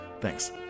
Thanks